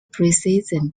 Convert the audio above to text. preseason